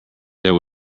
there